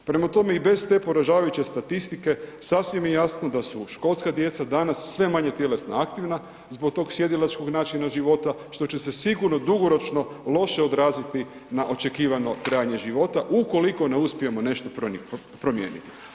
Prema tome, i bez te poražavajuće statistike sasvim je jasno da su školska djeca sve manje tjelesno aktivna zbog tog sjedilačkog načina života što će se sigurno dugoročno loše odraziti na očekivano trajanje života ukoliko ne uspijemo nešto promijeniti.